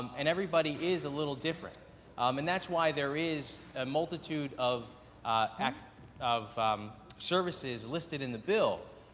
and everybody is a little different and that's why there is a multitude of of services listed in the bill,